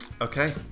Okay